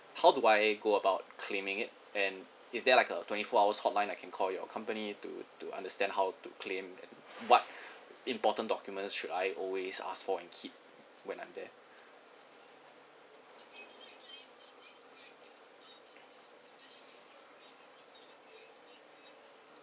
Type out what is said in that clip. how do I go about claiming it and is there like a twenty four hours hotline I can call your company to to understand how to claim and what important documents should I always ask for and keep when I'm there